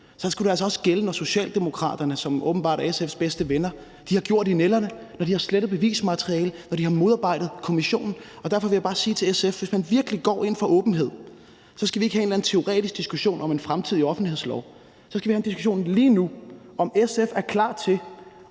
det altså også gælde, når Socialdemokraterne, som åbenbart er SF's bedste venner, har gjort i nælderne, når de har slettet bevismateriale, når de har modarbejdet kommissionen. Derfor vil jeg bare sige til SF: Hvis man virkelig går ind for åbenhed, så skal vi ikke have en eller anden teoretisk diskussion om en fremtidig offentlighedslov; så skal vi have en diskussion lige nu om, hvorvidt SF er klar til